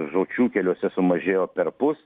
žūčių keliuose sumažėjo perpus